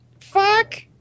fuck